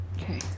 Okay